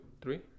three